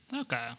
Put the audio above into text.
Okay